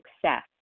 success